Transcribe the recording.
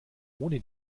ohne